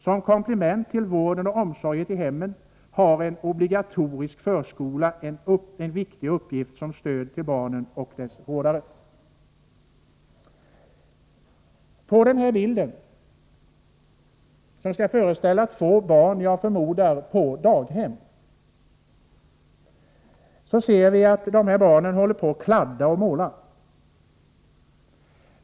Som komplement till vården och omsorgen i hemmet har en obligatorisk förskola en viktig uppgift som stöd till barnen och dess vårdare.” På bilden, som föreställer två barn som jag förmodar befinner sig på ett daghem, ser man att barnen håller på att kladda och måla.